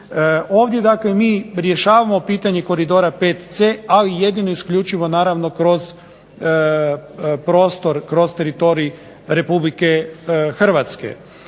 Ovdje dakle mi rješavamo pitanje Koridora VC, ali jedino i isključivo naravno kroz prostor, kroz teritorij Republike Hrvatske.